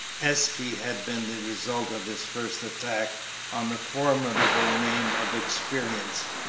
espey had been the result of his first attack on the formidable name of experience,